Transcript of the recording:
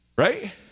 Right